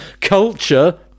Culture